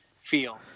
feel